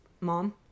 mom